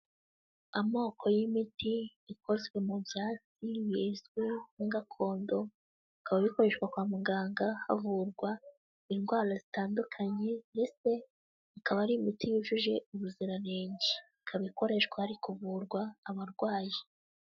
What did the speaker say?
Amoko y'imiti ikozwe mu byatsi bizwi nka gakondo, bikaba bikoreshwa kwa muganga havurwa indwara zitandukanye ndetse ikaba ari imiti yujuje ubuziranenge. Ikaba ikoreshwa hari kuvurwa abarwayi.